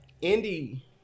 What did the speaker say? Indy